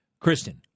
Kristen